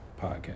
podcast